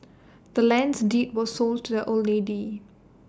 the land's deed was sold to the old lady